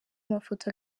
mafoto